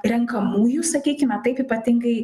renkamųjų sakykime taip ypatingai